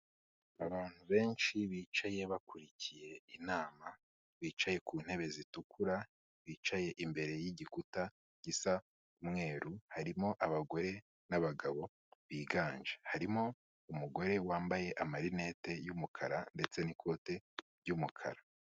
Abantu benshi bicaye bakurikiye inama bicaye ku ntebe zitukura bicaye imbere y'igikuta gisa umweru, harimo abagore n'abagabo biganje. harimo umugore wambaye amarinete y'umukara ndetse n'ikote ry'umukara.